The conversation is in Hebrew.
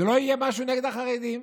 זה לא יהיה משהו נגד החרדים,